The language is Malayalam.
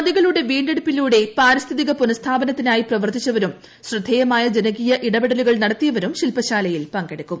നദികളുടെ വീണ്ടെടുപ്പിലൂടെ പാരിസ്ഥിതിക പുനസ്ഥാപനത്തിനായി പ്രവർത്തിച്ചവരും ശ്രദ്ധേയമായ ജനകീയ ഇടപെടലുകൾ നടത്തിയവരും ശിൽപശാലയിൽ പങ്കെടുക്കും